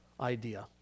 idea